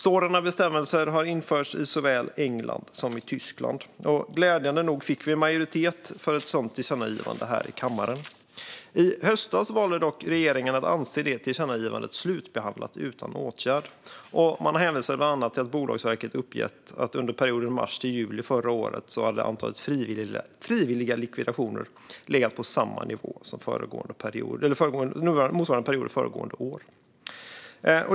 Sådana bestämmelser har införts i så väl England som Tyskland. Glädjande nog fick vi majoritet för ett sådant tillkännagivande här i kammaren. I höstas valde dock regeringen att anse det tillkännagivandet slutbehandlat utan åtgärd. Man hänvisade bland annat till att Bolagsverket uppgett att antalet frivilliga likvidationer under perioden mellan mars och juli förra året hade legat på samma nivå som motsvarande period föregående år.